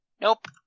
Nope